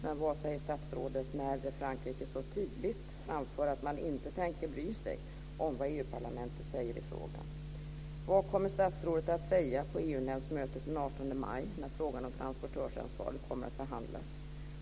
Men vad säger statsrådet när Frankrike så tydligt framför att man inte tänker bry sig om vad EU-parlamentet säger i frågan? Vad kommer statsrådet att säga på EU-nämndens möte den 18 maj när frågan om transportörsansvaret kommer att behandlas?